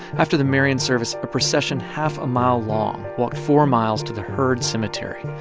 after the marion service, a procession half a mile long walked four miles to the heard cemetery,